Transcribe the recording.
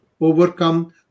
overcome